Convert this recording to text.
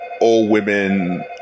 all-women